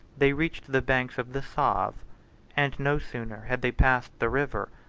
they reached the banks of the save and no sooner had they passed the river,